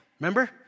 Remember